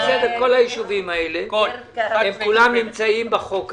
ירכא --- כל היישובים הנ"ל נמצאים בחוק הזה.